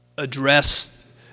address